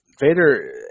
Vader